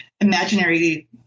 imaginary